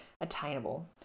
attainable